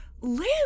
live